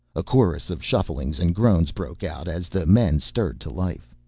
a chorus of shufflings and groans broke out as the men stirred to life.